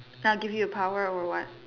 now give you a power over what